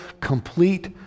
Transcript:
complete